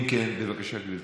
אם כן, בבקשה, גברתי.